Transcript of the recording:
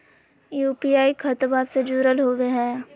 UPI खतबा से जुरल होवे हय?